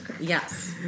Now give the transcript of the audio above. yes